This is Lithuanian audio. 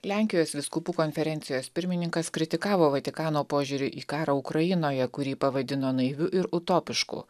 lenkijos vyskupų konferencijos pirmininkas kritikavo vatikano požiūrį į karą ukrainoje kurį pavadino naiviu ir utopišku